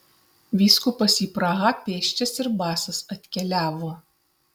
vyskupas į prahą pėsčias ir basas atkeliavo